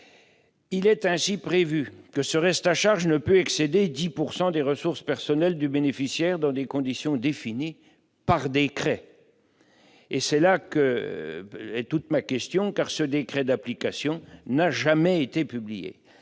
Il prévoit également que ce reste à charge ne peut excéder 10 % des ressources personnelles du bénéficiaire, « dans des conditions définies par décret ». Or, et c'est l'objet de ma question, ce décret d'application n'a jamais été publié.